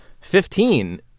Fifteen